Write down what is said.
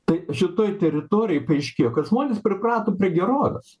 tai šitoj teritorijoj paaiškėjo kad žmonės priprato prie gerovės